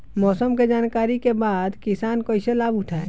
मौसम के जानकरी के बाद किसान कैसे लाभ उठाएं?